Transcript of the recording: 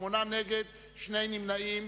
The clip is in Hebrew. שמונה נגד, שני נמנעים.